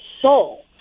soul